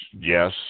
yes